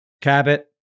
Cabot